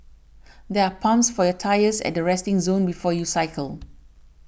there are pumps for your tyres at the resting zone before you cycle